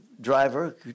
driver